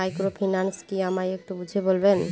Microfinance কি আমায় একটু বুঝিয়ে বলবেন?